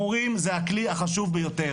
המורים זה הכלי החשוב ביותר,